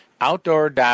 outdoor